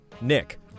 Nick